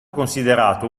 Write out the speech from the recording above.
considerato